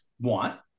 want